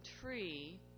tree